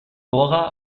dora